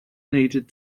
needed